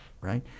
Right